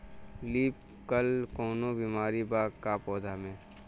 Leaf curl कौनो बीमारी बा का पौधा के?